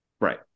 Right